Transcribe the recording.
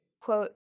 Quote